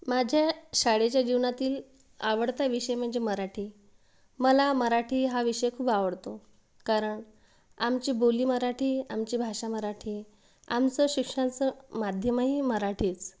माझ्या शाळेच्या जीवनातील आवडता विषय म्हणजे मराठी मला मराठी हा विषय खूप आवडतो कारण आमची बोली मराठी आमची भाषा मराठी आमचं शिक्षणाचं माध्यमही मराठीच